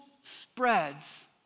spreads